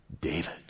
David